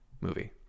movie